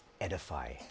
edify